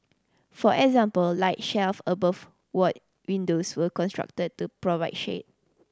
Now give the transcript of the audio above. for example light shelf above ward windows were constructed to provide shade